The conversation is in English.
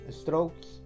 Strokes